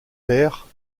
père